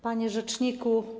Panie Rzeczniku!